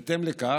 בהתאם לכך,